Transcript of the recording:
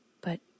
But